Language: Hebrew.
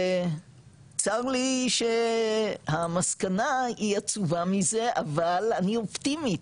וצר לי שהמסקנה היא עצובה מזה, אבל אני אופטימית,